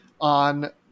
on